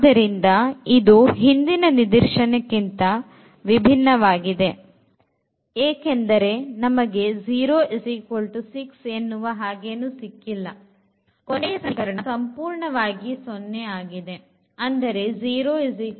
ಆದ್ದರಿಂದ ಇದು ಹಿಂದಿನ ನಿದರ್ಶನ ಕ್ಕಿಂತ ವಿಭಿನ್ನವಾಗಿದೆ ಏಕೆಂದರೆ ನಮಗೆ 06 ಎನ್ನುವ ಹಾಗೆ ಏನು ಸಿಕ್ಕಿಲ್ಲ ಕೊನೆಯ ಸಮೀಕರಣ ಸಂಪೂರ್ಣವಾಗಿ 0 ಆಗಿದೆ